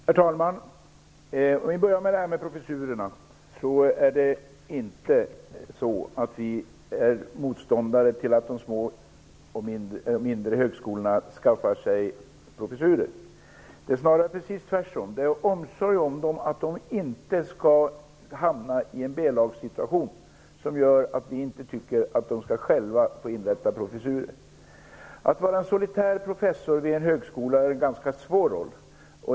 Herr talman! När det gäller professurerna är vi inte motståndare till att de små och medelstora högskolorna skaffar sig professurer. Det är snarare precis tvärtom. Det är omsorgen om dem så att de inte skall hamna i en B-lagsituation som gör att vi inte tycker att de själva skall inrätta professurer. Att vara solitär professor vid en högskola är en ganska svår roll.